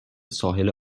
ساحل